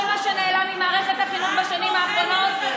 כל מה שנעלם ממערכת החינוך בשנים האחרונות,